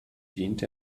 dient